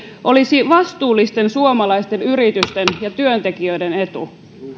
olisi vastuullisten suomalaisten yritysten ja työntekijöiden etu